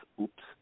oops